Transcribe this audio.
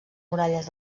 muralles